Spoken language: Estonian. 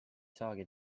saagi